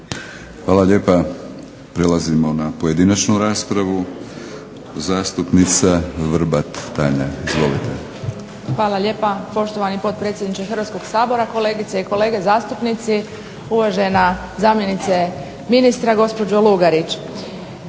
Hvala lijepa. Prelazimo na pojedinačnu raspravu. Zastupnica Vrbat Tanja, izvolite. **Vrbat Grgić, Tanja (SDP)** Hvala lijepa, poštovani potpredsjedniče Hrvatskoga sabora. Kolegice i kolege zastupnici, uvažena zamjenice ministra gospođo Lugarić.